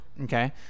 Okay